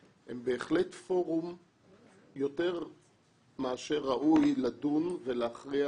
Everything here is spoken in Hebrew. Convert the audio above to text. הם בהחלט פורום יותר מאשר ראוי לדון ולהכריע